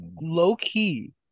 Low-key